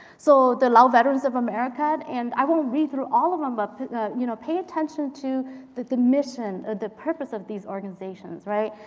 so the laos veterans of america and i won't read through all of them, but you know pay attention to the the mission the purpose of these organizations. right?